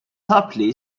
subtly